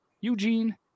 Eugene